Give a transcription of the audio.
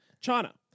China